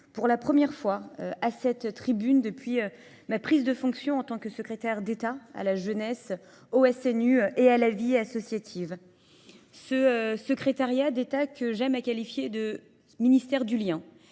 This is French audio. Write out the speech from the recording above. pour la première fois à cette tribune depuis ma prise de fonction en tant que secrétaire d'État à la jeunesse, aux SNU et à la vie associative. ce secrétariat d'État que j'aime à qualifier de ministère du lien.